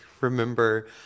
remember